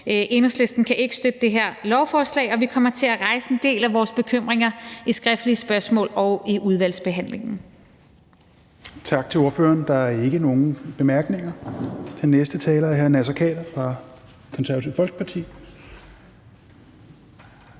Enhedslisten kan ikke støtte det her lovforslag, og vi kommer til at rejse en del af vores bekymringer i skriftlige spørgsmål og i udvalgsbehandlingen.